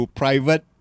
private